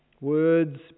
Words